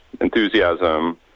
enthusiasm